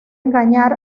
engañar